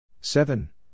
seven